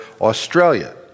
Australia